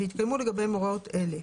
ויתקיימו הוראות אלה: